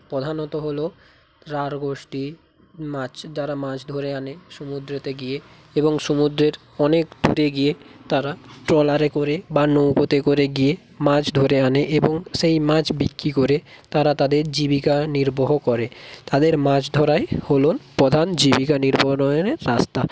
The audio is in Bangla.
প্রধানত হল রাঢ় গোষ্ঠী মাছ যারা মাছ ধরে আনে সমুদ্রেতে গিয়ে এবং সমুদ্রের অনেক দূরে গিয়ে তারা ট্রলারে করে বা নৌকোতে করে গিয়ে মাছ ধরে আনে এবং সেই মাছ বিক্রি করে তারা তাদের জীবিকা নির্বাহ করে তাদের মাছ ধরাই হল প্রধান জীবিকা নির্বাহনের রাস্তা